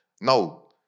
No